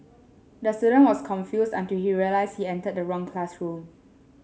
the student was confused until he realised he entered the wrong classroom